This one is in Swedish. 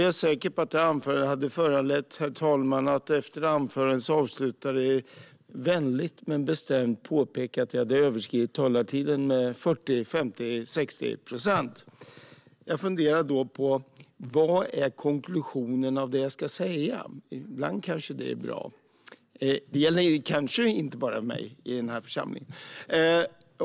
Jag är säker på att det anförandet hade föranlett att herr talmannen efter anförandets avslutande vänligt men bestämt påpekat att jag hade överskridit talartiden med 40, 50 eller 60 procent. Jag funderade då på konklusionen av vad jag skulle säga. Ibland kanske det är bra att göra det, och det gäller kanhända inte bara mig i den här församlingen.